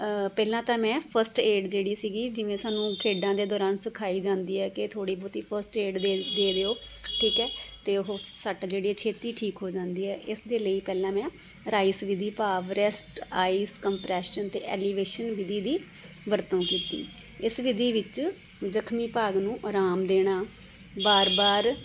ਪਹਿਲਾਂ ਤਾਂ ਮੈਂ ਫਸਟ ਏਡ ਜਿਹੜੀ ਸੀਗੀ ਜਿਵੇਂ ਸਾਨੂੰ ਖੇਡਾਂ ਦੇ ਦੌਰਾਨ ਸਿਖਾਈ ਜਾਂਦੀ ਹੈ ਕਿ ਥੋੜ੍ਹੀ ਬਹੁਤੀ ਫਸਟ ਏਡ ਦੇ ਦਿਓ ਠੀਕ ਹੈ ਅਤੇ ਉਹ ਸੱਟ ਜਿਹੜੀ ਛੇਤੀ ਠੀਕ ਹੋ ਜਾਂਦੀ ਹੈ ਇਸ ਦੇ ਲਈ ਪਹਿਲਾਂ ਮੈਂ ਰਾਈਸ ਵਿਧੀ ਭਾਵ ਰੈਸਟ ਆਈਸ ਕੰਪਰੈਸ਼ਨ ਅਤੇ ਐਲੀਵੇਸ਼ਨ ਵਿਧੀ ਦੀ ਵਰਤੋਂ ਕੀਤੀ ਇਸ ਵਿਧੀ ਵਿੱਚ ਜਖ਼ਮੀ ਭਾਗ ਨੂੰ ਆਰਾਮ ਦੇਣਾ ਵਾਰ ਵਾਰ